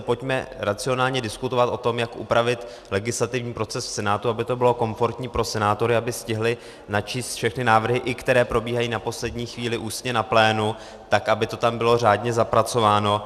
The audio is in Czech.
Pojďme racionálně diskutovat o tom, jak upravit legislativní proces v Senátu, aby to bylo komfortní pro senátory, aby stihli načíst všechny návrhy, i které probíhají na poslední chvíli ústně na plénu, tak aby to tam bylo řádně zapracováno.